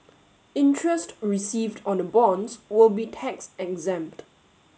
interest received on the bonds will be tax exempt